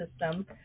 system